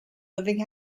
living